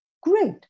Great